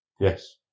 Yes